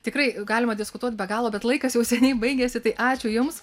tikrai galima diskutuot be galo bet laikas jau seniai baigėsi tai ačiū jums